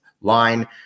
line